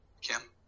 Kim